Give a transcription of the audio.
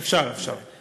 אפשר, אפשר.